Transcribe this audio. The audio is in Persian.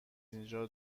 اینجا